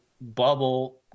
bubble